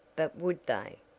but would they?